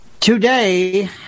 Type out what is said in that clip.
Today